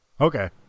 Okay